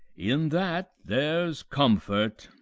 in that there's comfort.